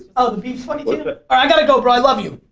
the beeps funny. alright i got to go bro, i love you.